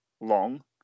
long